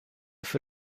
für